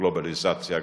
והגלובליזציה גברה.